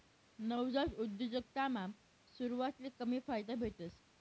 नवजात उद्योजकतामा सुरवातले कमी फायदा भेटस